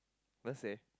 but say